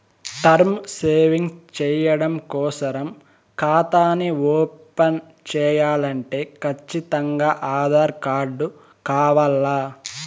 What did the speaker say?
term savings చెయ్యడం కోసరం కాతాని ఓపన్ చేయాలంటే కచ్చితంగా ఆధార్ కార్డు కావాల్ల